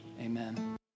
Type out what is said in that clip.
Amen